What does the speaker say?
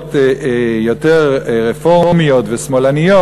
זמירות יותר רפורמיות ושמאלניות,